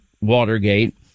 Watergate